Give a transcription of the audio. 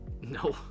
no